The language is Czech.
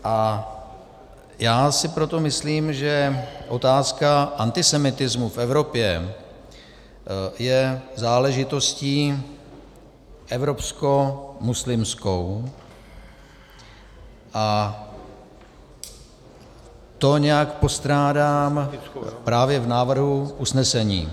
A já si proto myslím, že otázka antisemitismu v Evropě je záležitostí evropskomuslimskou, a to nějak postrádám právě v návrhu usnesení.